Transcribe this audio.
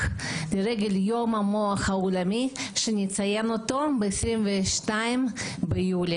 לרגל יום המוח העולמי שנציין אותו ב-22 ביולי.